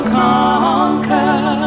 conquer